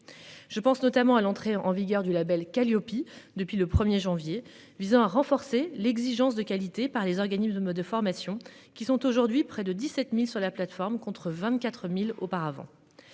je pense notamment à l'entrée en vigueur du Label Kaliopie depuis le 1er janvier visant à renforcer l'exigence de qualité, par les organismes de me de formation qui sont aujourd'hui près de 17.000 sur la plateforme contre 24.000 auparavant.